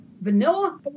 Vanilla